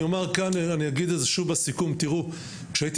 אני אומר כאן ואגיד שוב בסיכום: כשהייתי